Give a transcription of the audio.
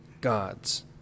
God's